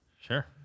Sure